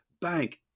bank